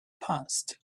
passed